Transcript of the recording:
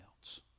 else